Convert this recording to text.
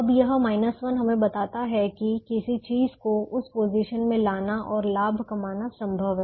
अब यह 1 हमें बताता है कि किसी चीज़ को उस पोजीशन में लाना और लाभ कमाना संभव है